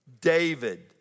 David